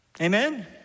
amen